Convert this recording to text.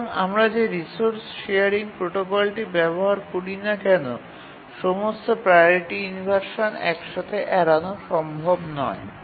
সুতরাং আমরা যে রিসোর্স শেয়ারিং প্রোটোকলটি ব্যবহার করি না কেন সমস্ত প্রাওরিটি ইনভারসান একসাথে এড়ানো সম্ভব নয়